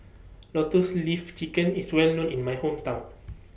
Lotus Leaf Chicken IS Well known in My Hometown